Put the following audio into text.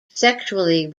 sexually